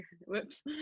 Whoops